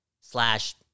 slash